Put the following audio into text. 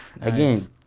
again